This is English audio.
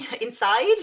inside